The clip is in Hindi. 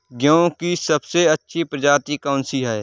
गेहूँ की सबसे अच्छी प्रजाति कौन सी है?